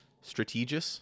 Strategic